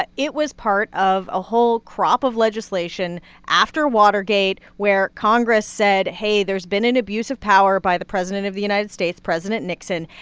but it was part of a whole crop of legislation after watergate, where congress said, hey, there's been an abuse of power by the president of the united states, president nixon.